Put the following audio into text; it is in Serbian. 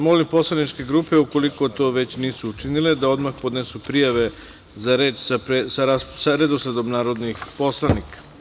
Molim poslaničke grupe, ukoliko to već nisu učinile, da odmah podnesu prijave za reč sa redosledom narodnih poslanika.